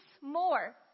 more